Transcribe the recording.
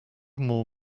more